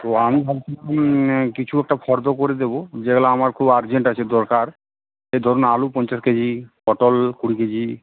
তো আমি ভাবছিলাম কিছু একটা ফর্দ করে দেবো যেগুলো আমার খুব আর্জেন্ট আছে দরকার এ ধরুন আলু পঞ্চাশ কেজি পটল কুড়ি কেজি